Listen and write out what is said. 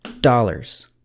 Dollars